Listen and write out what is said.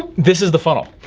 this is the funnel.